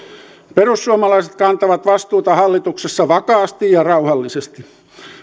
perussuomalaiset kantavat vastuuta hallituksessa vakaasti ja rauhallisesti